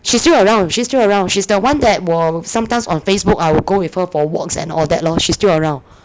she's still around she's still around she's the one that will sometimes on facebook I will go with her for walks and all that lor she's still around